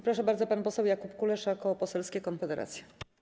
Proszę bardzo, pan poseł Jakub Kulesza, Koło Poselskie Konfederacja.